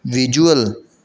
visual